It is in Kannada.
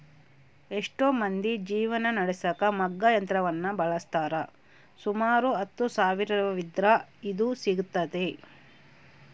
ಎಷ್ಟೊ ಮಂದಿ ಜೀವನ ನಡೆಸಕ ಮಗ್ಗ ಯಂತ್ರವನ್ನ ಬಳಸ್ತಾರ, ಸುಮಾರು ಹತ್ತು ಸಾವಿರವಿದ್ರ ಇದು ಸಿಗ್ತತೆ